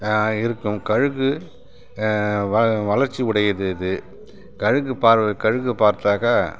இருக்கும் கழுகு வ வளர்ச்சி உடையது இது கழுகு பார்வை கழுகு பார்த்தாக்கா